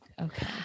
Okay